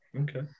Okay